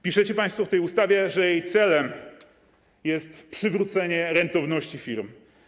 Piszecie państwo w tej ustawie, że jej celem jest przywrócenie rentowności firm.